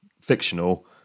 fictional